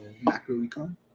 Macro-econ